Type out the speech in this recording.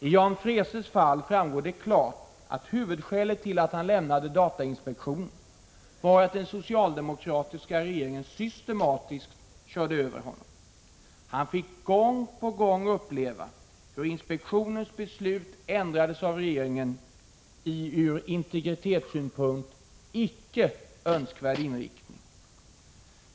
I Jan Freeses fall framgår klart att huvudskälet till att han lämnade datainspektionen var att den socialdemokratiska regeringen systematiskt körde över honom. Han fick gång på gång uppleva hur inspektionens beslut ändrades av regeringen i, ur integritetssynpunkt, icke önskvärd riktning.